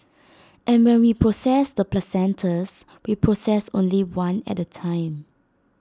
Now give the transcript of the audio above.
and when we process the placentas we process only one at A time